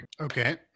Okay